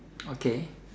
okay